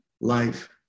life